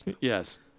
Yes